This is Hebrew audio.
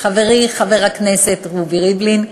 חברי חבר הכנסת רובי ריבלין,